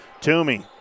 Toomey